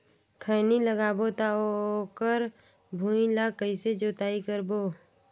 खैनी लगाबो ता ओकर भुईं ला कइसे जोताई करबो?